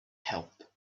help